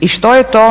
i što je to